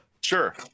Sure